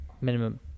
minimum